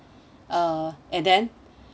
uh and then